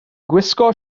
gwisgo